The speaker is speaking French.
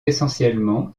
essentiellement